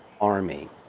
army